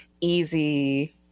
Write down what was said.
easy